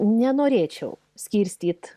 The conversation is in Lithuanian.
nenorėčiau skirstyt